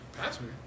password